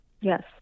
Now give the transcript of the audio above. Yes